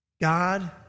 God